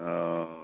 हँ